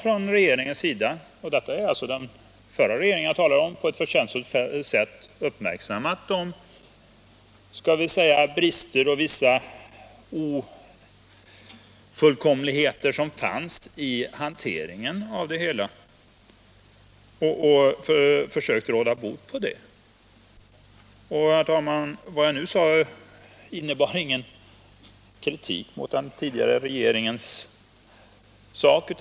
Regeringen har — det är alltså den förra regeringen jag talar om — på ett förtjänstfullt sätt uppmärksammat de skall vi säga brister och ofullkomligheter som fanns i hanteringen och försökt råda bot på dem. Herr talman! Vad jag nu sagt innebär ingen kritik mot den tidigare regeringen.